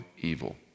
evil